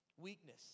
weakness